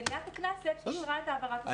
מליאת הכנסת אישרה את העברת הסמכויות,